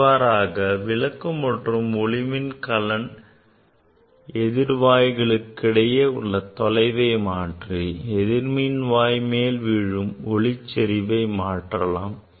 இவ்வாறாக விளக்கு மற்றும் ஒளிமின் கலன் எதிர்மின்வாய்க்கிடையே உள்ள தொலைவை மாற்றி எதிர்மின்வாயின் மேல் விழும் ஒளிசெறிவையை மாற்றலாம்